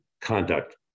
conduct